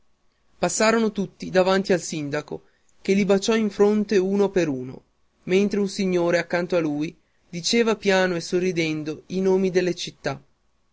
passarono tutti davanti al sindaco che li baciò in fronte uno per uno mentre un signore accanto a lui gli diceva piano e sorridendo i nomi delle città